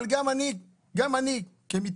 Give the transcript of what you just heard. אבל גם אני, כמתנדב,